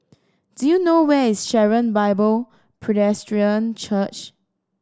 do you know where is Sharon Bible Presbyterian Church